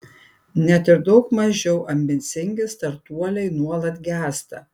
net ir daug mažiau ambicingi startuoliai nuolat gęsta